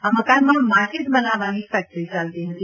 આ મકાનમાં માચીસ બનાવવાની ફેક્ટરી ચાલતી હતી